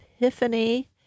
epiphany